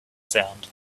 sound